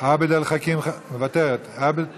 עבד אל-חכים חאג' יחיא,